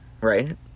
Right